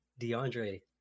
DeAndre